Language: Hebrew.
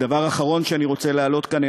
הדבר האחרון שאני רוצה להעלות כאן הוא